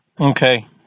Okay